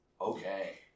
Okay